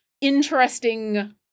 interesting